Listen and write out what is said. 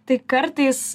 tai kartais